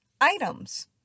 items